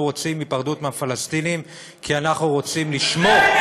אנחנו רוצים היפרדות מהפלסטינים כי אנחנו רוצים לשמור על הצביון,